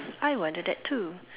I wanted that too